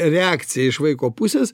reakciją iš vaiko pusės